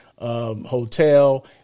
Hotel